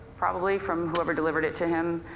probably from whoever delivered it to him.